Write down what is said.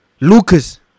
Lucas